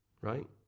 Right